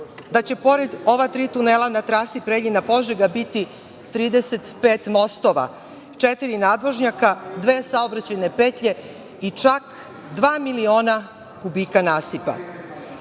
da će pored ova tri tunela na trasi Preljina – Požega biti 35 mostova, četiri nadvožnjaka, dve saobraćajne petlje i čak dva miliona kubika nasipa. Dodatno